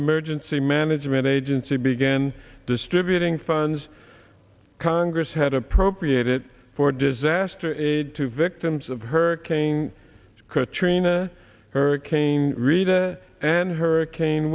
emergency management agency began distributing funds congress had appropriated for disaster aid to victims of hurricane katrina hurricane rita and hurricane